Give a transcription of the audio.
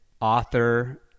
author